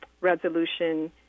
resolution